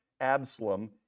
Absalom